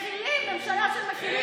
מה שאני אומרת, הם מכילים, ממשלה של מכילים.